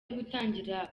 gutangira